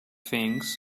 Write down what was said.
things